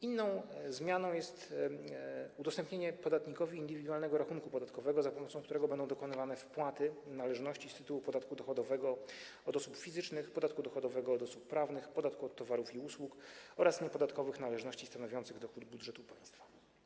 Inną zmianą jest udostępnienie podatnikowi indywidualnego rachunku podatkowego, za pomocą którego będą dokonywane wpłaty należności z tytułu podatku dochodowego od osób fizycznych, podatku dochodowego od osób prawnych, podatku od towarów i usług oraz niepodatkowych należności stanowiących dochód budżetu państwa.